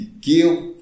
Give